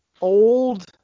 old